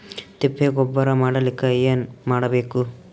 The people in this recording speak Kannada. ತಿಪ್ಪೆ ಗೊಬ್ಬರ ಮಾಡಲಿಕ ಏನ್ ಮಾಡಬೇಕು?